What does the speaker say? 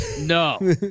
No